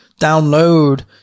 download